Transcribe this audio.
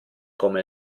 come